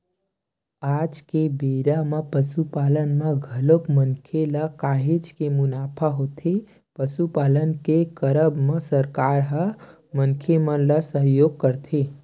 आज के बेरा म पसुपालन म घलोक मनखे ल काहेच के मुनाफा होथे पसुपालन के करब म सरकार ह मनखे मन ल सहयोग करथे